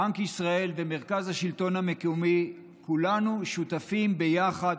בנק ישראל ומרכז השלטון המקומי כולנו שותפים ביחד,